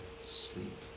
sleep